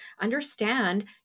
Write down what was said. understand